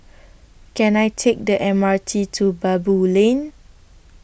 Can I Take The M R T to Baboo Lane